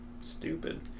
stupid